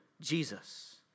Jesus